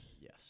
Yes